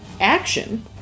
action